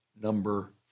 Number